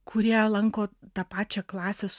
kurie lanko tą pačią klasės